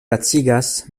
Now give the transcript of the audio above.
lacigas